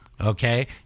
okay